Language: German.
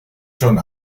schon